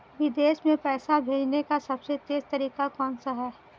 विदेश में पैसा भेजने का सबसे तेज़ तरीका कौनसा है?